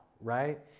right